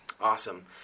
Awesome